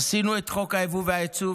עשינו את חוק היבוא והיצוא,